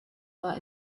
war